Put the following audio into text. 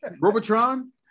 Robotron